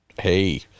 hey